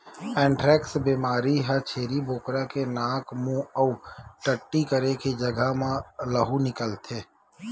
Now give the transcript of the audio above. anthrax बेमारी म छेरी बोकरा के नाक, मूंह अउ टट्टी करे के जघा ले लहू निकलथे